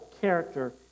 character